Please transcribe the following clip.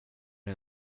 det